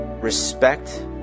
respect